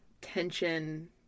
tension